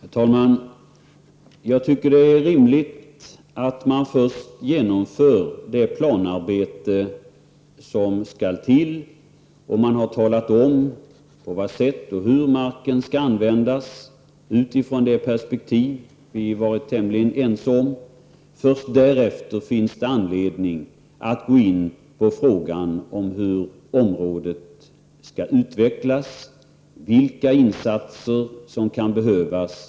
Herr talman! Jag tycker att det är rimligt att man först genomför det planarbete som skall till, och att man talar om på vilket sätt marken skall användas utifrån det perspektiv som vi är tämligen ense om. Först därefter finns det anledning att gå in på frågan om hur området skall utvecklas och vilka insatser som kan behövas.